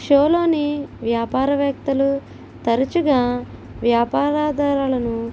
షోలోని వ్యాపారవేత్తలు తరచుగా వ్యాపార ఆధారాలను